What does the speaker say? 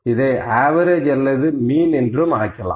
இதை அவரேஜ் அல்லது மீன் என்று அழைக்கலாம்